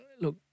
look